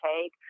take